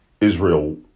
Israel